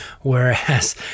whereas